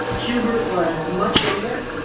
cuba was much younger.